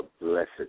blessed